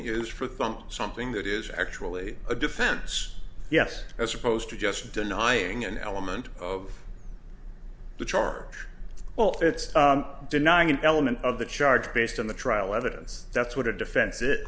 is for thump something that is actually a defense yes as opposed to just denying an element of the charge well it's denying an element of the charge based on the trial evidence that's what a defense it